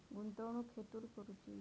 गुंतवणुक खेतुर करूची?